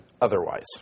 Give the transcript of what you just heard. otherwise